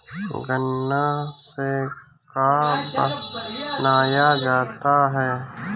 गान्ना से का बनाया जाता है?